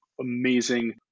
amazing